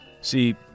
See